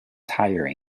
tiring